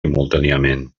simultàniament